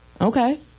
Okay